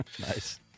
Nice